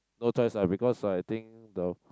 no choice ah because I think the